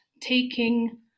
taking